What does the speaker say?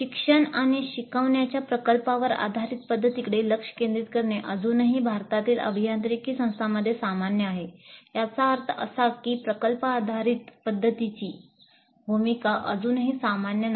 शिक्षण आणि शिकवण्याच्या प्रकल्पावर आधारीत पध्दतीकडे लक्ष केंद्रित करणे अजूनही भारतातील अभियांत्रिकी संस्थांमध्ये सामान्य नाही याचा अर्थ असा की प्रकल्प आधारित पद्धतीची भूमिका अजूनही सामान्य नाही